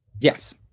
Yes